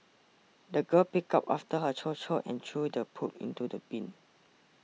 the girl picked up after her chow chow and threw the poop into the bin